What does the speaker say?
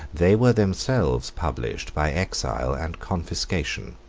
they were themselves punished by exile and confiscation.